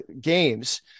games